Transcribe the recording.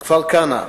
כפר-כנא,